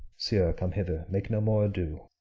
sirrah, come hither. make no more ado,